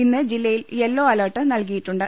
ഇന്ന് ജില്ലയിൽ yellow alert നൽകിയിട്ടുണ്ട്